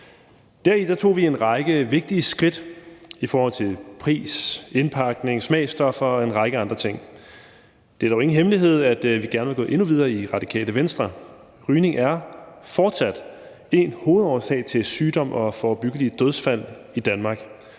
Deri tog vi en række vigtige skridt i forhold til pris, indpakning, smagsstoffer og en række andre ting. Det er dog ingen hemmelighed, at vi gerne vil gå endnu videre i Radikale Venstre. Rygning er fortsat en hovedårsag til sygdom og forebyggelige dødsfald i Danmark,